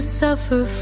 suffer